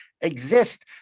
exist